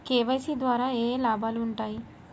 KYC ద్వారా ఏఏ లాభాలు ఉంటాయి?